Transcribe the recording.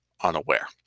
unaware